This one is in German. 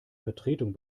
vertretung